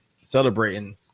Celebrating